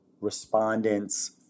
respondents